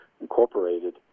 incorporated